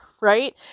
right